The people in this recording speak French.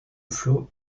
flot